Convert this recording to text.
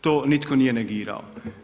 To nitko nije negirao.